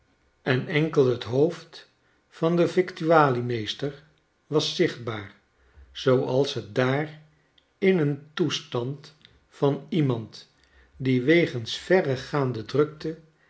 en enkel het hoofd van den victualie meester was zichtbaar zooals het daar in een toestand van iemand die wegens verregaande drukte